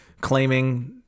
claiming